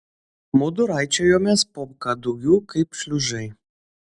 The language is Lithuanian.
mudu raičiojomės po kadugiu kaip šliužai